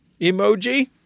emoji